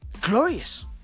Glorious